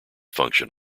function